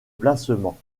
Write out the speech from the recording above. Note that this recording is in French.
placement